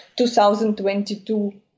2022